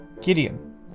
Gideon